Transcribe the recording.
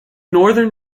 northern